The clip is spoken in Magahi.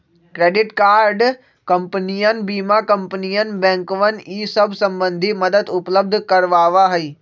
क्रेडिट कार्ड कंपनियन बीमा कंपनियन बैंकवन ई सब संबंधी मदद उपलब्ध करवावा हई